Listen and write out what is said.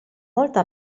volta